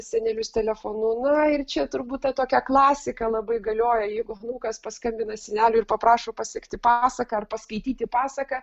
senelius telefonu na ir čia turbūt ta tokia klasika labai galioja jeigu anūkas paskambina seneliui ir paprašo pasekti pasaką ar paskaityti pasaką